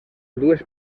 dues